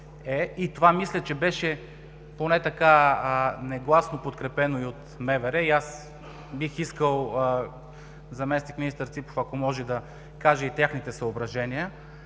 е – мисля, че това беше поне негласно подкрепено и от МВР, и бих искал заместник-министър Ципов, ако може, да каже и техните съображения